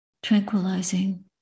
Tranquilizing